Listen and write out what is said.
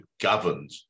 governed